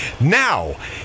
Now